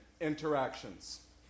interactions